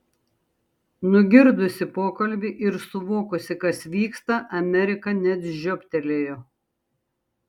nugirdusi pokalbį ir suvokusi kas vyksta amerika net žiobtelėjo